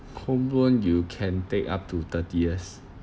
home loan you can take up to thirty years